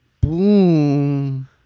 Boom